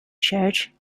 church